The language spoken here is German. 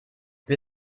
wir